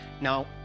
Now